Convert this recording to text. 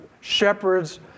shepherds